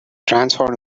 transformed